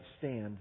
stand